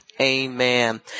Amen